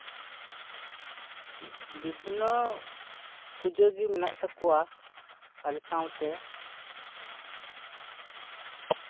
ᱵᱤᱵᱷᱤᱱᱱᱚ ᱯᱩᱡᱟᱹ ᱜᱮ ᱢᱮᱱᱟᱜ ᱛᱟᱠᱚᱣᱟ ᱟᱞᱮ ᱥᱟᱶᱛᱮ